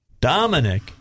Dominic